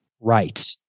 Right